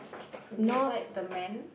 beside the man